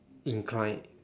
incline